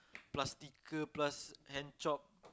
plus sticker plus hand chop